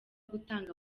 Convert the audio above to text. gutanga